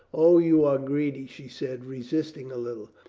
o, you are greedy, she said, resisting a little.